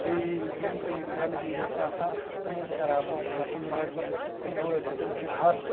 بیٚیہِ یِم تہِ ییٚتہِ گَنٛدگی ٲسۍ آسان تٕم ٲسۍ کَران مُنسِپل کمنٹی وٲلۍ وٲلۍ چھِ تم چھِ ہَر